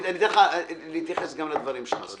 אחד